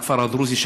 הכפר הדרוזי,